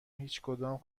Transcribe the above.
هیچکدام